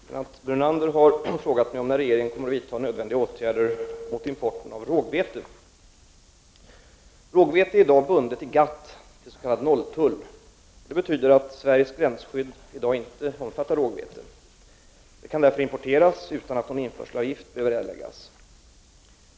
Herr talman! Lennart Brunander har frågat mig när regeringen kommer att vidta nödvändiga åtgärder mot importen av rågvete. Rågvete är i dag bundet i GATT till s.k. nolltull, vilket innebär att Sveriges gränsskydd i dag inte omfattar rågvete. Rågvete kan därför importeras utan att någon införselavgift behöver erläggas.